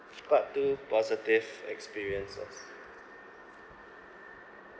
part two positive experiences